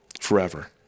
forever